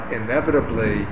inevitably